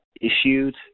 issued